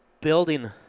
building